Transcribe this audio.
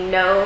no